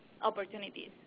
opportunities